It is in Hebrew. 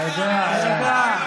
אתה יודע, איך תירגע?